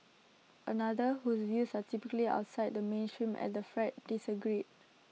another whose views are typically outside the mainstream at the Fred disagreed